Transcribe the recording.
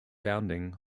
founding